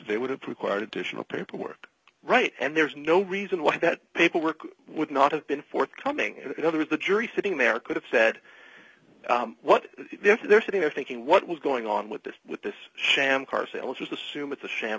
they would have required additional paperwork right and there's no reason why that paperwork would not have been forthcoming and others the jury sitting there could have said what if they're sitting there thinking what was going on with this with this sham car sales just assume it's a sham